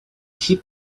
keep